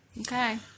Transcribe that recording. Okay